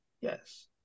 Yes